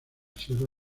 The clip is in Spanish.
sierra